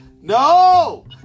no